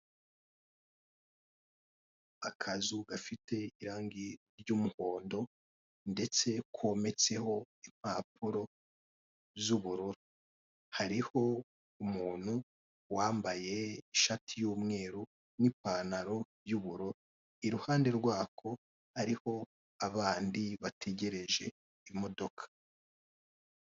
Akazu gasize irangi ry'umuhondo ndetse kometseho impapuro z'ubururu. Hariho umuntu wambaye ishati y'umweru n'ipantalo y'ubururu. Iruhande rwayo hariho abandi bategereje imodoka.